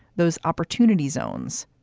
those opportunity zones.